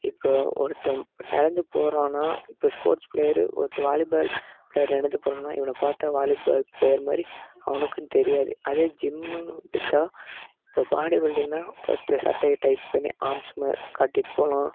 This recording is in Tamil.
இப்போ ஒருத்தன் நடந்து போகிறானா இப்போ ஸ்போர்ட்ஸ் ப்ளேயரு ஒருத்தன் வாலிபால் ப்ளேயரு நடந்து போகிறானா இவனை பார்த்தா வாலிபால் ப்ளேயர் மாதிரி அவனுக்கும் தெரியாது அதே ஜிம்முன்னு வச்சால் இப்போ பாடி பில்டிங்னால் ஒருத்தர் சட்டையை டைட் பண்ணி ஆம்ஸ் ம காட்டிகிட்டு போகலாம்